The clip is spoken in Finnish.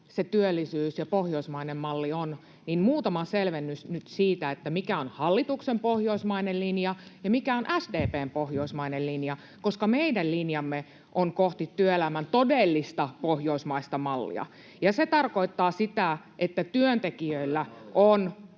se työllisyys ja pohjoismainen malli ovat, niin muutama selvennys nyt siitä, mikä on hallituksen pohjoismainen linja ja mikä on SDP:n pohjoismainen linja. Meidän linjamme on kohti työelämän todellista pohjoismaista mallia, ja se tarkoittaa sitä, että työntekijöillä on